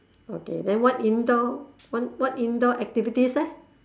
okay then what indoor wha~ what indoor activities leh